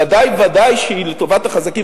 ודאי ובוודאי שהיא לטובת החזקים,